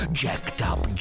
jacked-up